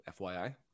fyi